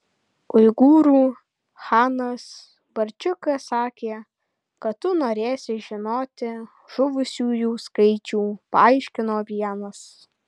uigūrų chanas barčiukas sakė kad tu norėsi žinoti žuvusiųjų skaičių paaiškino vienas